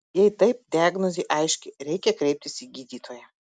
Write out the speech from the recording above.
jei taip diagnozė aiški reikia kreiptis į gydytoją